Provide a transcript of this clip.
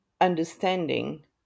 understanding